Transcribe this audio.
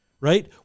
right